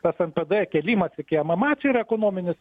tas npd kėlimasi iki mma yra ekonominis